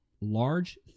large